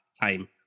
time